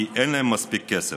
כי אין להם מספיק כסף.